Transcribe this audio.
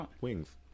wings